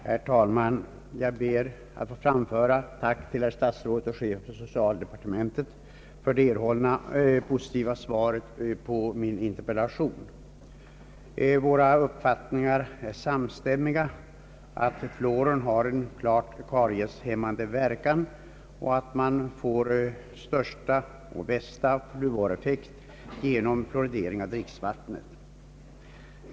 Herr talman! Jag ber att få framföra mitt tack till herr statsrådet och chefen för socialdepartementet för det erhållna positiva svaret på min interpellation. Våra uppfattningar är samstämmiga — fluoren har en klart karieshämmande verkan, och man får största och bästa fluoreffekt genom fluoridering av dricksvattnet.